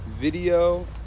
Video